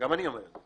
גם אני אומר את זה.